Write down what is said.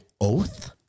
oath